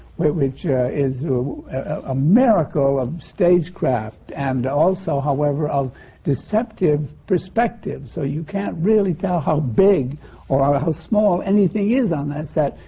which is a miracle of stagecraft, and also, however of deceptive perspective, so you can't really tell how big or um how small anything is on that set.